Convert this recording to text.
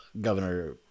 Governor